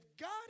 God